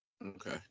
okay